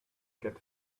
get